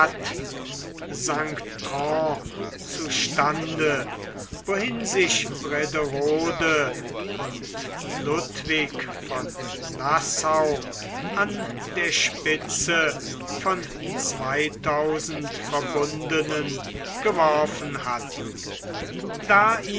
zu stande wohin sich brederode und ludwig von nassau an der spitze von zweitausend verbundenen geworfen hatten da